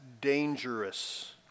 dangerous